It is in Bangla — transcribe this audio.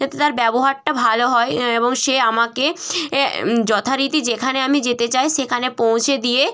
যাতে তার ব্যবহারটা ভালো হয় এবং সে আমাকে যথারীতি যেখানে আমি যেতে চাই সেখানে পৌঁছে দিয়ে